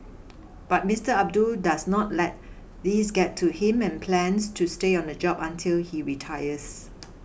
but Mister Abdul does not let these get to him and plans to stay on the job until he retires